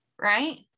right